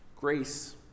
Grace